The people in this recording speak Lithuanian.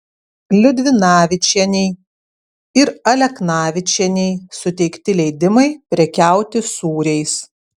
liudvinavičienei ir aleknavičienei suteikti leidimai prekiauti sūriais